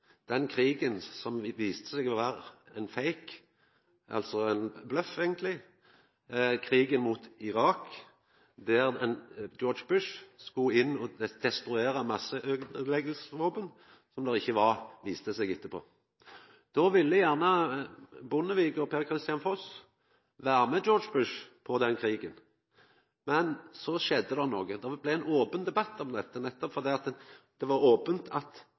den krigen som viste seg å vera ein «fake», altså eigentleg ein bløff: krigen mot Irak, der George Bush skulle inn og destruera masseøydeleggingsvåpen, som ikkje var der, viste det seg etterpå. Då ville gjerne regjeringa Bondevik II og Per-Kristian Foss vera med George Bush på den krigen, men så skjedde det noko. Det blei ein open debatt om dette – det var ope at det skulle bli krig, men kva skulle Noreg gjera? Så skjedde det at